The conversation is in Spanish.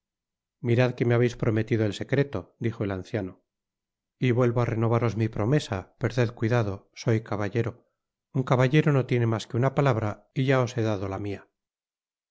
mirad que me habeis prometido el secreto dijo el anciano y vuelvo á renovaros mi promesa perded cuidado soy caballero un caballero no tiene mas que una palabra y ya os he dado la mia